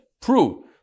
prove